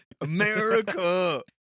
america